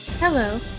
Hello